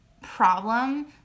problem